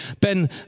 Ben